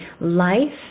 life